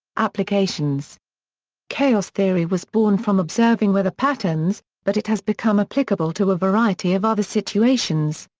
applications chaos theory was born from observing weather patterns, but it has become applicable to a variety of other situations.